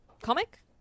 comic